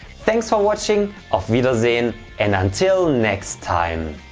thanks for watching, auf wiedersehen and until next time!